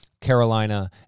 Carolina